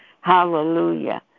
hallelujah